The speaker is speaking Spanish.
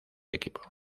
equipo